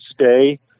stay